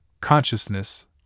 consciousness